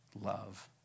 love